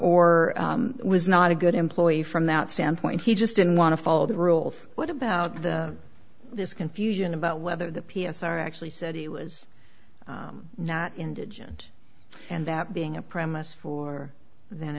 r was not a good employee from that standpoint he just didn't want to follow the rules what about this confusion about whether the p s r actually said he was not indigent and that being a premise for th